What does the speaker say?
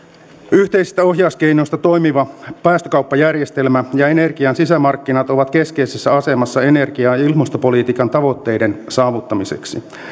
yhteisistä ohjauskeinoista toimiva päästökauppajärjestelmä ja energian sisämarkkinat ovat keskeisessä asemassa energia ja ja ilmastopolitiikan tavoitteiden saavuttamiseksi